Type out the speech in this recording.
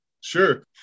Sure